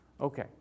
okay